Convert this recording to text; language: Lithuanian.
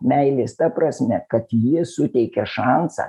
meilės ta prasme kad ji suteikia šansą